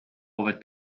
over